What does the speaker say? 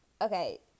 Okay